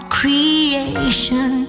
creation